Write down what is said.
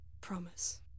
Promise